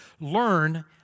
Learn